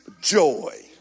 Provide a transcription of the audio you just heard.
joy